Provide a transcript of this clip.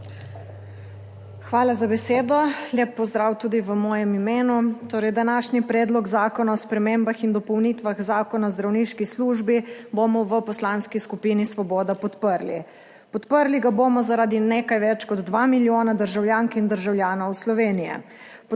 Hvala za besedo. Lep pozdrav tudi v mojem imenu. Torej današnji Predlog zakona o spremembah in dopolnitvah Zakona o zdravniški službi bomo v Poslanski skupini Svoboda podprli. Podprli ga bomo zaradi nekaj več kot 2 milijona državljank in državljanov Slovenije.